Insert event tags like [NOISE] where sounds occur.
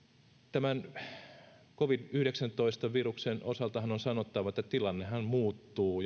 tämän covid yhdeksäntoista viruksen osaltahan on sanottava että tilannehan muuttuu [UNINTELLIGIBLE]